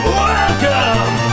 welcome